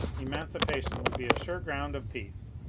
emanci pation would be a sure ground of peace,